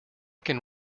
can